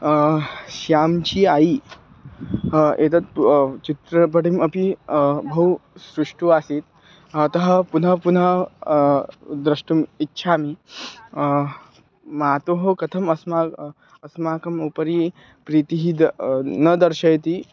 श्यांची आयि एतत् चित्रपटिमपि बहु सृष्ठु आसीत् अतः पुनः पुनः द्रष्टुम् इच्छामि मातुः कथम् अस्माकं अस्माकम् उपरि प्रीतिः द न दर्शयति